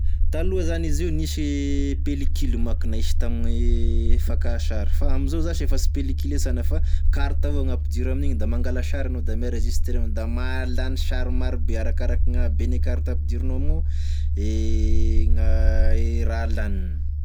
Taloha zany izy io nisy pelikily mako gn'ahisy tamigne fakà sary, fa amizao zasy efa sy pelikily esana fa carte avao gn'ampidira amin'igny da mangala sary anao da mi-enregistrer da mahalany sary maro be arakaraky gn'abene carte ampidirinao amign'ao e gna e raha laniny.